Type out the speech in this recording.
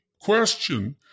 question